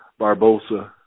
Barbosa